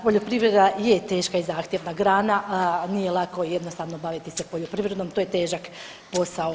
Poljoprivreda je teška i zahtjevna grana, nije lako i jednostavno baviti se poljoprivredom, to je težak posao.